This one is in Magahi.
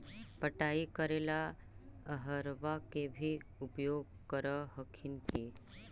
पटाय करे ला अहर्बा के भी उपयोग कर हखिन की?